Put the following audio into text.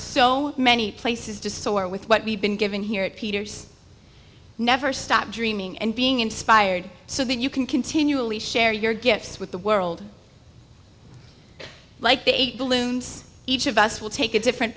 so many places to soar with what we've been given here at peter's never stop dreaming and being inspired so that you can continually share your gifts with the world like the eight balloons each of us will take a different